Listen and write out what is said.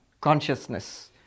consciousness